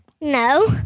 No